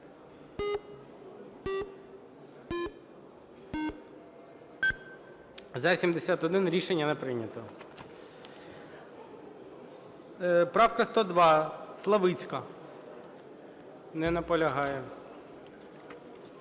За-71 Рішення не прийнято. Правка 102, Славицька. Не наполягає.